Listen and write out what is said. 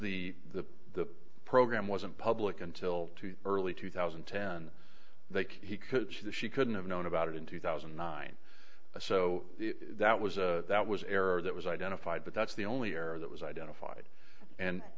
the the the program wasn't public until too early two thousand and ten they he could see that she couldn't have known about it in two thousand and nine a so that was a that was error that was identified but that's the only error that was identified and